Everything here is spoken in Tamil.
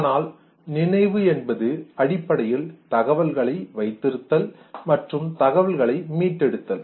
ஆனால் நினைவு என்பது அடிப்படையில் தகவல்களை வைத்திருத்தல் மற்றும் தகவல்களை மீட்டெடுத்தல்